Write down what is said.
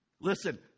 Listen